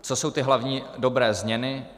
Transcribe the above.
Co jsou ty hlavní dobré změny?